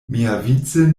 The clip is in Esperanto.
miavice